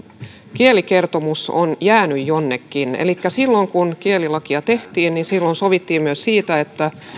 kielikertomus on jäänyt jonnekin kun kielilakia tehtiin silloin sovittiin myös siitä että